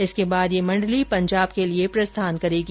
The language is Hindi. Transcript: इसके बाद यह मण्डली पंजाब के लिए प्रस्थान करेगी